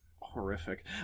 Horrific